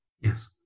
Yes